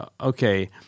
okay